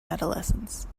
adolescence